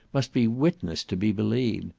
must be witnessed to be believed.